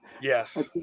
Yes